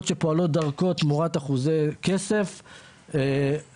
שפועלות דרכו תמורת אחוזי כסף וכדומה.